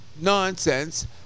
nonsense